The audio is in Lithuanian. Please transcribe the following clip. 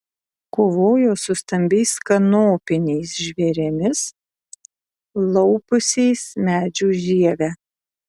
kovojo su stambiais kanopiniais žvėrimis laupiusiais medžių žievę